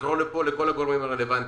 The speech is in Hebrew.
לקרוא לפה לכל הגורמים הרלוונטיים,